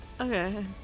Okay